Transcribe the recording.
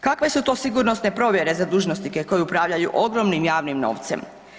Kakve su to sigurnosne provjere za dužnosnike koji upravljaju ogromnim javnim novcem?